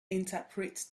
interpret